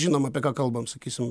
žinom apie ką kalbam sakysim